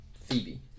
Phoebe